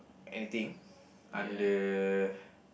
anything under